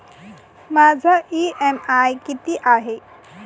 माझा इ.एम.आय किती आहे?